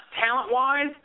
talent-wise